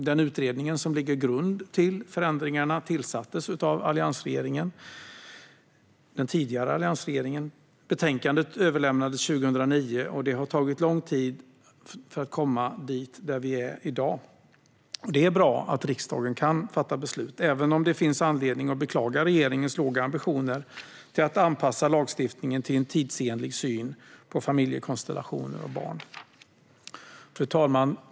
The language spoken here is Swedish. Den utredning som ligger till grund för förändringarna tillsattes av den tidigare alliansregeringen. Betänkandet överlämnades 2009, och det har tagit lång tid att komma dit där vi är i dag. Det är bra att riksdagen kan fatta beslut, även om det finns anledning att beklaga regeringens låga ambitioner när det gäller att anpassa lagstiftningen till en tidsenlig syn på familjekonstellationer och barn. Fru talman!